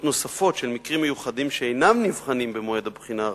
נוספות של מקרים מיוחדים שאינם נבחנים במועד הבחינה הרגיל,